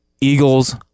Eagles